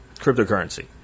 cryptocurrency